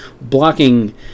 blocking